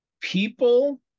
people